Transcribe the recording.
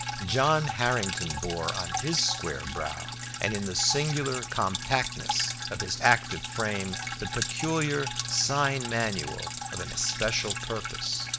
john harrington bore on his square brow and in the singular compactness of his active frame the peculiar sign-manual of an especial purpose.